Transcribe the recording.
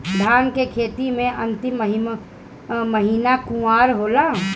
धान के खेती मे अन्तिम महीना कुवार होला?